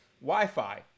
Wi-Fi